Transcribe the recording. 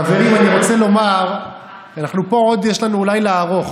חברים, אני רוצה לומר שיש לנו פה עוד לילה ארוך,